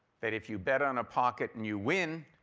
that if you bet on a pocket and you win,